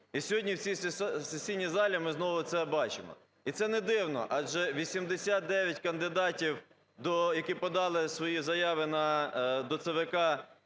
І сьогодні в цій сесійній залі ми знову це бачимо. І це не дивно, адже 89 кандидатів, які подали свої заяви до ЦВК